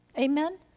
Amen